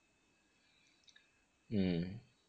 mm